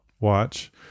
watch